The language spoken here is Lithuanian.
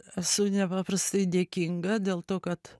esu nepaprastai dėkinga dėl to kad